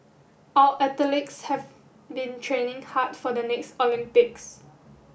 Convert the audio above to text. our athletes have been training hard for the next Olympics